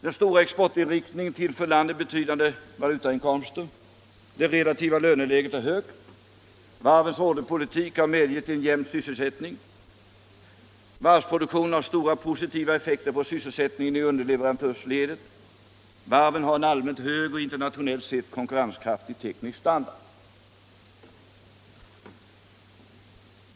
Den stora exportinriktningen tillför landet betydande valutainkomster, det relativa löneläget är högt, varvens orderpolitik har medgett en jämn sysselsättning. Varvsproduktionen har stora positiva effekter på sysselsättningen i underleverantörsledet, och varven har en allmänt hög och internationellt sett konkurrenskraftig teknisk standard.